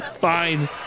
Fine